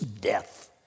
death